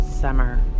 summer